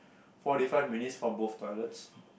forty five minutes for both toilets